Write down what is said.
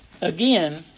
again